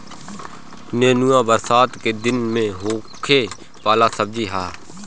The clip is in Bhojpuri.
नेनुआ बरसात के दिन में होखे वाला सब्जी हअ